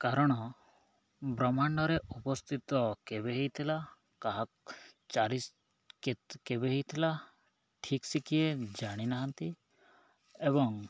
କାରଣ ବ୍ରହ୍ମାଣ୍ଡରେ ଉପସ୍ଥିତ କେବେ ହେଇଥିଲା କାହା କେବେ ହେଇଥିଲା ଠିକ୍ସେ କିଏ ଜାଣିନାହାନ୍ତି ଏବଂ